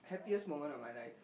happiest moment of my life